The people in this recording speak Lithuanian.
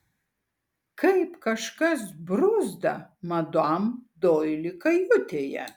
kaip kažkas bruzda madam doili kajutėje